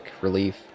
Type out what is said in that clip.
relief